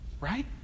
Right